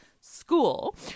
school